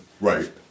Right